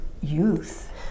youth